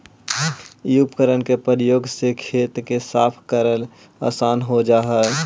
इ उपकरण के प्रयोग से खेत के साफ कऽरेला असान हो जा हई